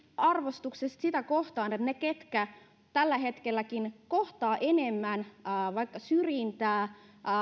arvostukseen sitä kohtaan että ne jotka tällä hetkelläkin kohtaavat enemmän vaikka syrjintää